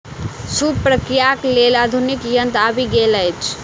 सूप प्रक्रियाक लेल आधुनिक यंत्र आबि गेल अछि